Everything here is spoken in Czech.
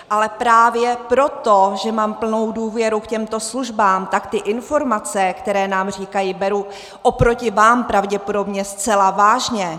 Ale právě proto, že mám plnou důvěru k těmto službám, tak ty informace, které nám říkají, beru oproti vám pravděpodobně zcela vážně.